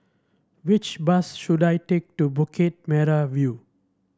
which bus should I take to Bukit Merah View